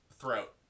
throat